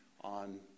on